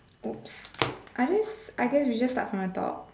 ops I guess I guess we just start from the top